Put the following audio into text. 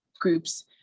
groups